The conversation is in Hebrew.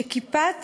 שכיפת